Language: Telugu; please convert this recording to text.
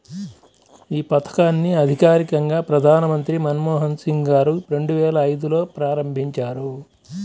యీ పథకాన్ని అధికారికంగా ప్రధానమంత్రి మన్మోహన్ సింగ్ గారు రెండువేల ఐదులో ప్రారంభించారు